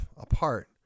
apart